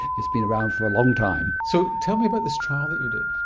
it's been around for a long time. so tell me about this trial that you did.